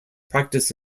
practiced